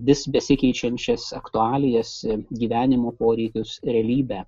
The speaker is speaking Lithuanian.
vis besikeičiančias aktualijas gyvenimo poreikius realybę